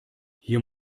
hier